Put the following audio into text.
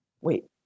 wait